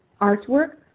artwork